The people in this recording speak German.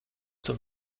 zum